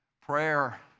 Prayer